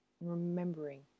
remembering